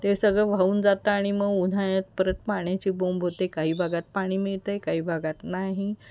ते सगळं वाहून जातं आणि मग उन्हाळ्यात परत पाण्याची बोंब होते काही भागात पाणी मिळते काही भागात नाही